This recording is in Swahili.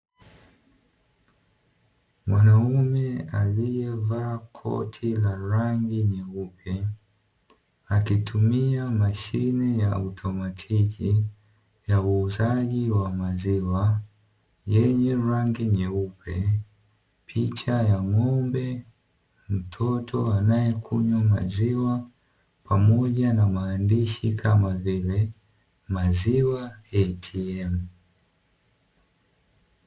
Mwanaume aliye vaa koti la rangi nyeupe, akitumia mashine ya automatiki ya uuzaji wa maziwa, yenye rangi nyeupe, picha ya ng'ombe, mtoto anaye kunywa maziwa pamoja na maandishi kama vile 'MAZIWA ATM' .